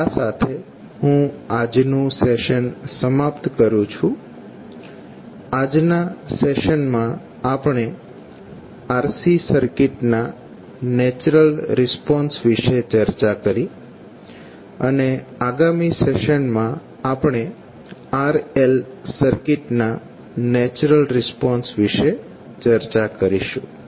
તો આ સાથે હું આજનું સેશન સમાપ્ત કરું છું આજના સેશનમાં આપણે RC સર્કિટના નેચરલ રિસ્પોન્સ વિશે ચર્ચા કરી અને આગામી સેશનમાં આપણે RL સર્કિટના નેચરલ રિસ્પોન્સ વિશે ચર્ચા કરીશું